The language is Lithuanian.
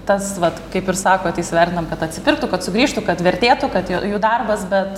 tas vat kaip ir sakot įsivertinam kad atsipirktų kad sugrįžtų kad vertėtų kad jų jų darbas bet